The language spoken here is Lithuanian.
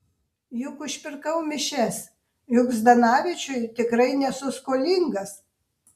juk užpirkau mišias juk zdanavičiui tikrai nesu skolingas